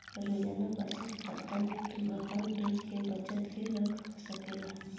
रोजाना बचत खाता में तू आपन रोज के बचत के रख सकेला